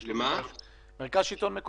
דבר נוסף זה הערבויות.